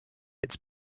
its